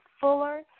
fuller